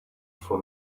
for